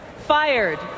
fired